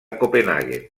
copenhaguen